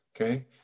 okay